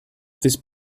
this